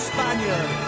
Spaniard